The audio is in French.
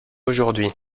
aujourd’hui